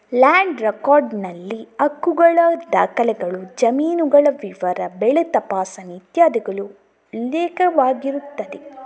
land record ನಲ್ಲಿ ಹಕ್ಕುಗಳ ದಾಖಲೆಗಳು, ಜಮೀನುಗಳ ವಿವರ, ಬೆಳೆ ತಪಾಸಣೆ ಇತ್ಯಾದಿಗಳು ಉಲ್ಲೇಖವಾಗಿರುತ್ತದೆ